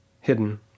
hidden